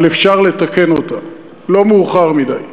אבל אפשר לתקן אותה, לא מאוחר מדי.